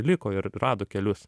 liko ir rado kelius